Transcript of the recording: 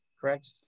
correct